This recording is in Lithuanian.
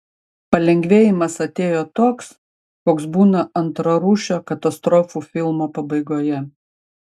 palengvėjimas atėjo toks koks būna antrarūšio katastrofų filmo pabaigoje